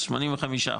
85%,